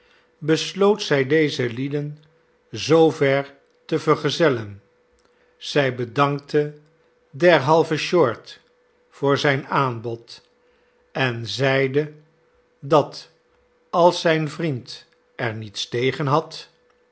besloot zij deze lieden zoover te vergezellen zij bedankte derhalve short voor zijn aanbod en zeide dat als zijn vriend er niets tegen had